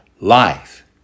life